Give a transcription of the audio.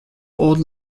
old